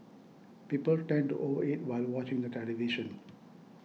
people tend to over eat while watching the television